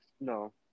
no